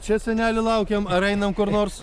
čia seneli laukiam ar einam kur nors